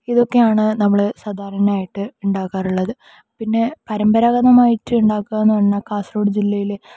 ഇതൊക്കെയാണ് നമ്മള് സാധാരണയായി ഉണ്ടാക്കാറുള്ളത് പിന്നെ പരമ്പരാഗതമായിട്ട് ഉണ്ടാക്കുന്ന എന്നു പറഞ്ഞാൽ കാസർഗോഡ് ജില്ലയില്